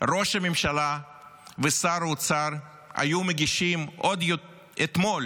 ראש הממשלה ושר האוצר היו מגישים עוד אתמול